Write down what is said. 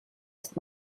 ist